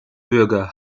bürger